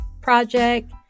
project